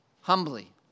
humbly